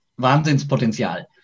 Wahnsinnspotenzial